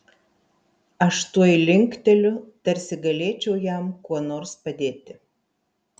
aš tuoj linkteliu tarsi galėčiau jam kuo nors padėti